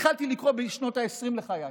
התחלתי לקרוא בשנות העשרים לחיי,